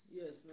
yes